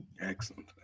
excellent